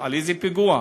איזה פיגוע?